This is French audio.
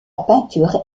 peinture